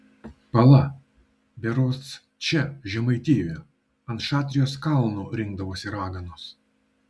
pala berods čia žemaitijoje ant šatrijos kalno rinkdavosi raganos